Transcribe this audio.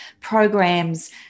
programs